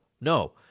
no